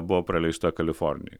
buvo praleista kalifornijoj